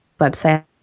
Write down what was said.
website